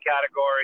category